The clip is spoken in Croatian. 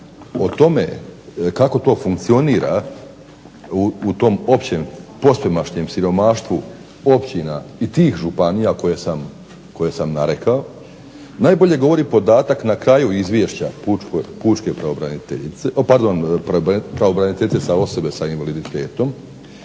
o tome kako to funkcionira u tom općem posvemašnjem siromaštvu općina i tih županije koje sam rekao najbolje govori podatak na kraju Izvješća pučke pravobraniteljice, pardon pravobraniteljice